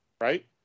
Right